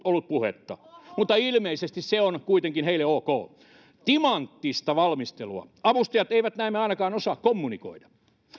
ollut puhetta mutta ilmeisesti se on kuitenkin heille ok timanttista valmistelua avustajat eivät näemmä ainakaan osaa kommunikoida